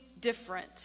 different